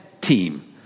team